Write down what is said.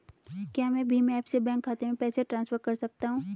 क्या मैं भीम ऐप से बैंक खाते में पैसे ट्रांसफर कर सकता हूँ?